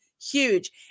huge